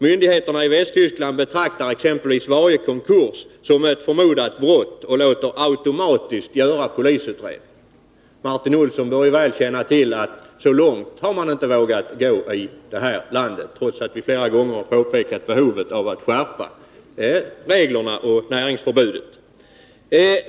Myndigheterna i Västtyskland betraktar exempelvis varje konkurs som ett förmodat brott och låter automatiskt göra polisutredning. Martin Olsson borde väl känna till att man inte har vågat gå så långt i vårt land, trots att vi flera gånger har påpekat behovet av att skärpa reglerna och näringsförbudet.